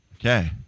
Okay